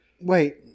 wait